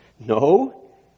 No